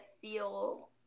feel